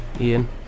Ian